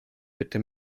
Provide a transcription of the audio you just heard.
bitte